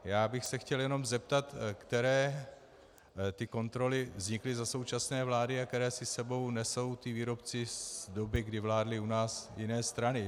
Já bych se chtěl jen zeptat, které ty kontroly vznikly za současné vlády a které si s sebou nesou ti výrobci z doby, kdy vládly u nás jiné strany.